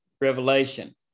revelation